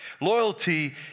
Loyalty